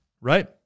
right